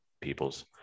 peoples